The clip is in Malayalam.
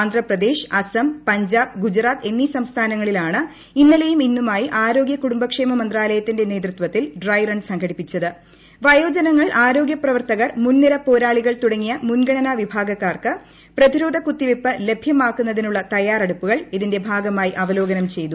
ആന്ധ്രപ്രദേശ് അസം പഞ്ചാബ് ഗുജറാത്ത് എന്നീ സംസ്ഥാനങ്ങളിലാണ് ഇന്നലെയും ഇന്നുമായി ആരോഗ്യ കുടുംബക്ഷേമ മന്ത്രാലയത്തിന്റെ നേതൃത്വത്തിൽ ഡ്രൈ റൺ സംഘടിപ്പിച്ചത് വയോജനങ്ങൾ ആരോഗ്യപ്രവർത്തകർ മുൻനിര പോരാളികൾ തുടങ്ങിയ മുൻഗണനാ വിഭാഗ്രക്കാർക്ക് പ്രതിരോധകുത്തിവയ്പ്പ് ലഭ്യമാക്കുന്നതിനുള്ള തയ്യാറെട്ടൂപ്പുകൾ ഇതിന്റെ ഭാഗമായി അവലോകനം ചെയ്തു